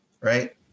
Right